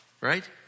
Right